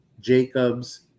Jacobs